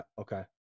Okay